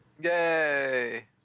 Yay